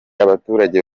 abaturage